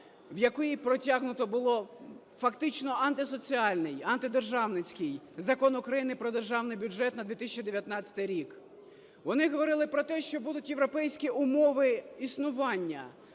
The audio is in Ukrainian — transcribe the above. в якій протягнуто було фактично антисоціальний, антидержавницький Закон України "Про Державний бюджет на 2019 рік" . Вони говорили про те, що будуть європейські умови існування,